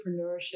entrepreneurship